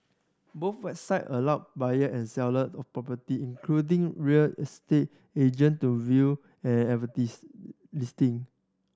both website allow buyer and seller of property including real estate agent to view and advertise listing